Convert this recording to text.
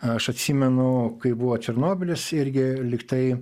aš atsimenu kai buvo černobylis irgi lyg tai